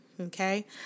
okay